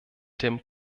dem